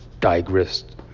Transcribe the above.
digressed